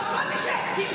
אבל כל מי שהתגרש,